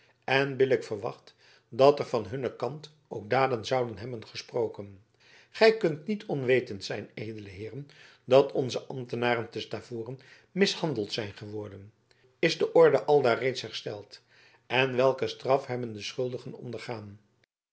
en billijk verwacht dat er van hunnen kant ook daden zouden hebben gesproken gij kunt niet onwetend zijn edele heeren dat onze ambtenaren te stavoren mishandeld zijn geworden is de orde aldaar reeds hersteld en welke straf hebben de schuldigen ondergaan